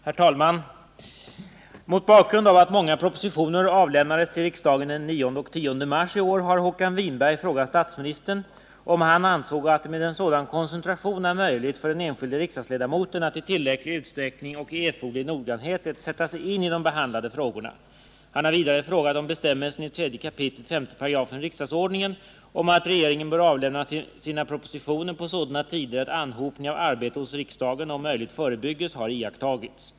Herr talman! Mot bakgrund av att många propositioner avlämnades till riksdagen den 9 och 10 mars har Håkan Winberg frågat statsministern om han ansåg att det med en sådan koncentration är möjligt för den enskilde riksdagsledamoten att i tillräcklig utsträckning och med erforderlig noggrannhet sätta sig in i de behandlade frågorna. Han har vidare frågat om bestämmelsen i 3 kap. 5 § riksdagsordningen, om att regeringen bör avlämna sina propositioner på sådana tider att anhopning av arbete hos riksdagen om möjligt förebyggs, har iakttagits.